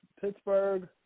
Pittsburgh